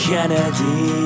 Kennedy